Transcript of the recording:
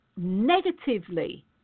negatively